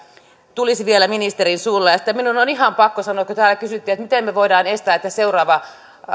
tulisi vielä ministerin suulla sitten minun on ihan pakko sanoa kun täällä kysyttiin että miten me voimme estää että seuraava